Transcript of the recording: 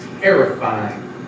terrifying